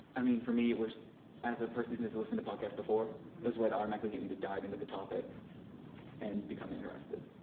i mean for me it was as a person who has listened to podcasts before it was what automatically gave me to dive into the topic and become interested.